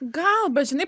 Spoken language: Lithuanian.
gal bet žinai